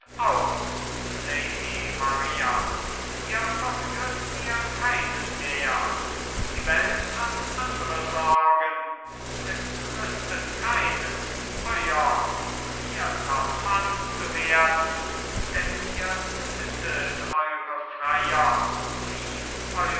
aus lady maria ihr verführt mir keinen mehr die welt hat andre sorgen es lüstet keinen euer vierter mann zu werden denn ihr tötet eure freier wie